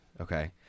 okay